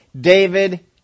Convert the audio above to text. David